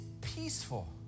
peaceful